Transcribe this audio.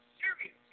serious